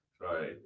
Right